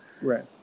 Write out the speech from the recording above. Right